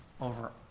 over